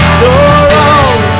sorrows